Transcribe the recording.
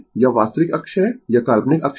यह वास्तविक अक्ष है यह काल्पनिक अक्ष है